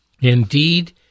Indeed